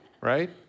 Right